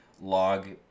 log